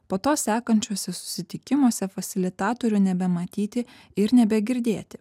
po to sekančiuose susitikimuose fasilitatorių nebematyti ir nebegirdėti